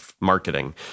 marketing